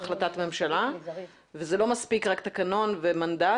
החלטת ממשלה וזה לא מספיק רק תקנון ומנדט.